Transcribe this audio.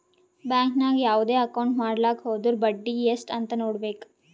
bank ನಾಗ್ ಯಾವ್ದೇ account ಮಾಡ್ಲಾಕ ಹೊದುರ್ ಬಡ್ಡಿ ಎಸ್ಟ್ ಅಂತ್ ನೊಡ್ಬೇಕ